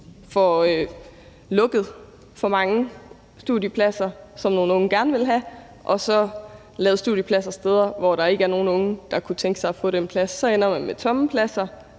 får lukket for mange studiepladser, som nogle unge gerne vil have, og man så får lavet studiepladser nogle steder, hvor der ikke er nogen unge, der kunne tænke sig at få den plads. Så ender man med tomme pladser,